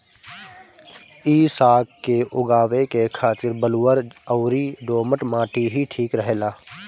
इ साग के उगावे के खातिर बलुअर अउरी दोमट माटी ही ठीक रहेला